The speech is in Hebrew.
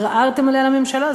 ערערתם עליה לממשלה,